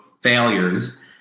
failures